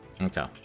Okay